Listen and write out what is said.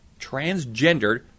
transgendered